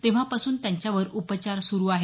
तेव्हापासून त्यांच्यावर उपचार सुरू आहेत